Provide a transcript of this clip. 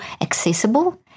accessible